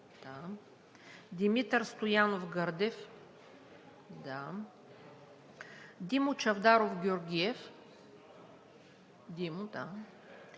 Димитър Стоянов Гърдев - тук Димо Чавдаров Георгиев